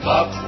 up